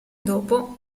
dopo